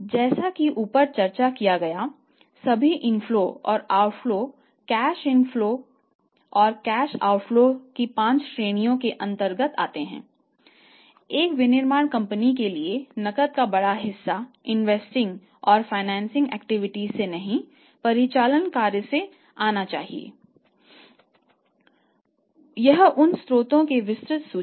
जैसा कि ऊपर चर्चा की गई है सभी इनफ्लो और उनके अनुप्रयोग हैं